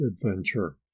Adventure